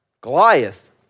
Goliath